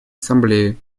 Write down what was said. ассамблеи